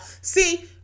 See